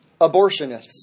abortionists